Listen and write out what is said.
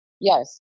yes